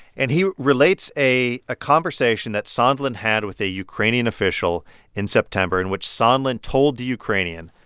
and he relates a a conversation that sondland had with a ukrainian official in september in which sondland told the ukrainian,